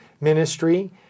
ministry